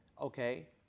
okay